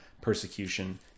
persecution